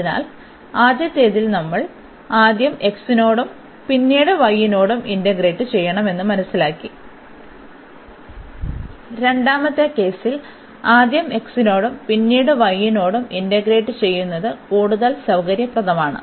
അതിനാൽ ആദ്യത്തേതിൽ നമ്മൾ ആദ്യം x നോടും പിന്നീട് y നോടും ഇന്റഗ്രേറ്റ് ചെയ്യണം എന്ന് മനസ്സിലാക്കി രണ്ടാമത്തെ കേസിൽ ആദ്യം x നോടും പിന്നീട് y നോടും ഇന്റഗ്രേറ്റ് ചെയ്യുന്നത് കൂടുതൽ സൌകര്യപ്രദമാണ്